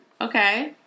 Okay